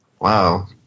Wow